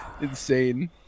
insane